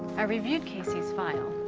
i reviewed casey's file.